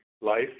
life